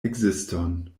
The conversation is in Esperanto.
ekziston